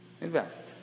Invest